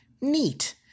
neat